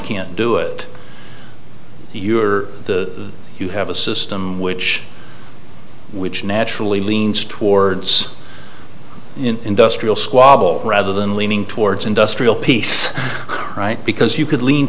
can't do it you are the you have a system which which naturally leans towards industrial squabble rather than leaning towards industrial piece right because you could lean